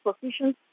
positions